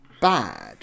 bad